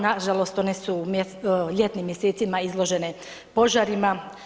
Nažalost, one su u ljetnim mjesecima izložene požarima.